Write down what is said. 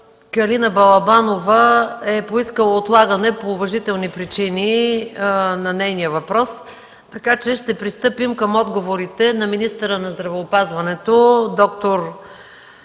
Калина Балабанова е поискала отлагане по уважителни причини на нейния въпрос, така че ще пристъпим към отговорите на министъра на здравеопазването д р